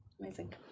Amazing